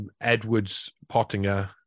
Edwards-Pottinger